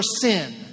sin